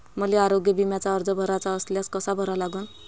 मले आरोग्य बिम्याचा अर्ज भराचा असल्यास कसा भरा लागन?